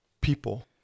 people